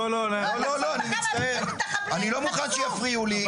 אני לא מוכן שיפריעו לי.